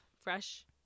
fresh